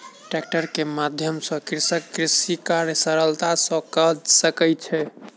tractor के माध्यम सॅ कृषक कृषि कार्य सरलता सॅ कय सकै छै